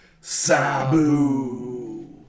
Sabu